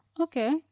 Okay